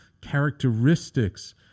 characteristics